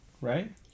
right